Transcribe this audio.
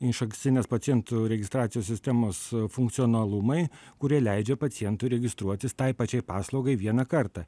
išankstinės pacientų registracijos sistemos funkcionalumai kurie leidžia pacientui registruotis tai pačiai paslaugai vieną kartą